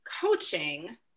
Coaching